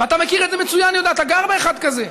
ואתה מכיר את זה מצוין, יהודה, אתה גר באחד כזה.